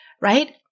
Right